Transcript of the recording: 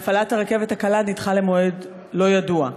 להפעלת הרכבת הקלה נדחה למועד לא ידוע.